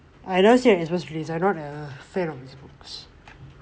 I didn't see the X box release I'm not a fan of X box